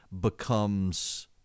becomes